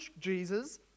Jesus